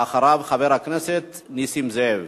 ואחריו, חבר הכנסת נסים זאב.